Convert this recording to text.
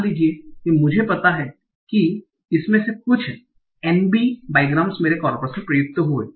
मान लीजिए कि मुझे पता है कि इसमें से कुछ N b बाईग्राम्स मेरे कॉर्पस में प्रयुक्त हुए